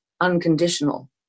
unconditional